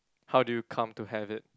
how do you come to have it